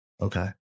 Okay